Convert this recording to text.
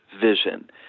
vision